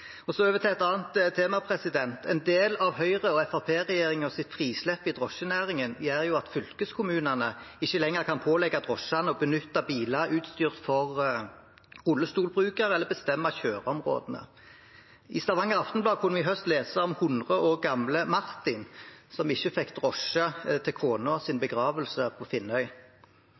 Over til et annet tema: En del av Høyre–Fremskrittsparti-regjeringens frislepp i drosjenæringen gjør at fylkeskommunene ikke lenger kan pålegge drosjene å benytte biler som er utstyrt for rullestolbrukere, eller bestemme kjøreområdene. I Stavanger Aftenblad kunne vi i høst lese om 100 år gamle Martin, som ikke fikk drosje til konas begravelse på Finnøy.